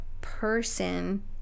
person